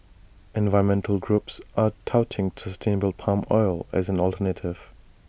environmental groups are touting sustainable palm oil as an alternative